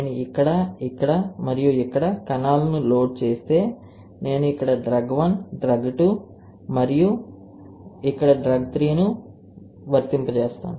నేను ఇక్కడ ఇక్కడ మరియు ఇక్కడ కణాలను లోడ్ చేస్తే నేను ఇక్కడ డ్రగ్ 1 డ్రగ్ 2 ఇక్కడ మరియు డ్రగ్ 3 ను ఇక్కడ వర్తింపజేస్తాను